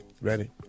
Ready